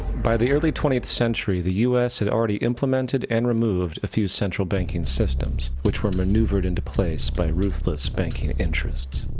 by the early twentieth century, the us had already implemented, and removed a few central banking systems, which were maneuvered into place by ruthless banking interests.